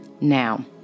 Now